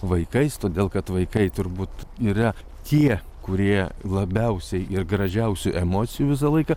vaikais todėl kad vaikai turbūt yra tie kurie labiausiai ir gražiausių emocijų visą laiką